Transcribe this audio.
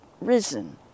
risen